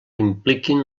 impliquin